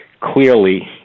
Clearly